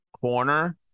corner